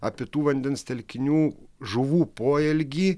apie tų vandens telkinių žuvų poelgį